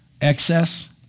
excess